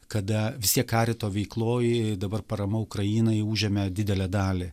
kada vis tiek karito veikloj dabar parama ukrainai užėmė didelę dalį